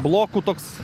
blokų toks